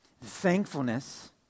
thankfulness